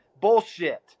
bullshit